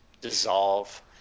dissolve